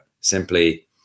simply